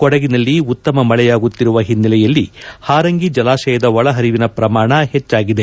ಕೊಡಗಿನಲ್ಲಿ ಉತ್ತಮ ಮಳೆಯಾಗುತ್ತಿರುವ ಹಿನ್ನೆಲೆಯಲ್ಲಿ ಪಾರಂಗಿ ಜಲಾಶಯದ ಒಳಹರಿವಿನ ಪ್ರಮಾಣ ಹೆಚ್ಚಾಗಿದೆ